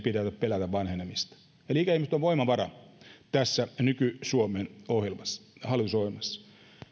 pidä pelätä vanhenemista kirjaa hallitusohjelma eli ikäihmiset ovat voimavara tässä nyky suomen hallitusohjelmassa